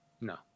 No